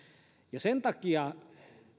ja sen takia